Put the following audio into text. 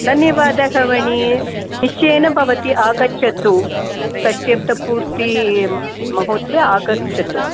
धन्यवादः बहिनी निश्चयेन भवती आगच्छतु तत् षष्ट्यब्दपूर्ति महोत्सवे आगच्छतु